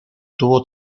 tuvo